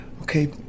okay